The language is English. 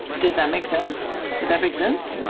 does that make sense, does that make sense?